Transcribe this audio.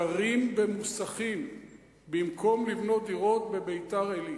גרים במוסכים במקום לבנות דירות בביתר-עילית?